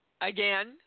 again